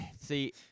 See